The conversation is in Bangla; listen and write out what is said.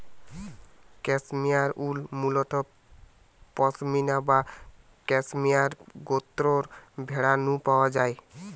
ক্যাশমেয়ার উল মুলত পসমিনা বা ক্যাশমেয়ার গোত্রর ভেড়া নু পাওয়া যায়